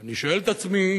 אני שואל את עצמי